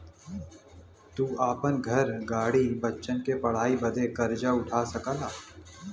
तू आपन घर, गाड़ी, बच्चन के पढ़ाई बदे कर्जा उठा सकला